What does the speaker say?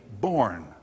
born